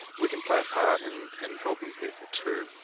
we can play a part in in helping people to